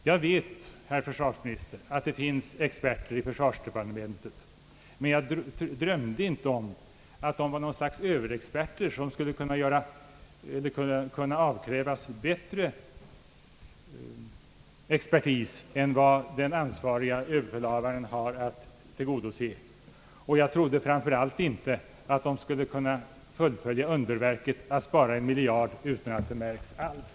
Jag vet, herr försvarsminister, att det finns experter i försvarsdepartementet. Men jag drömde inte om att de var något slags överexperter som skulle kunna göra en bättre bedömning än vad den ansvarige överbefälhavaren skulle vara i stånd att göra. Jag trodde framför allt inte att de skulle kunna utföra underverket att spara en miljard utan att det märks.